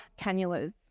cannulas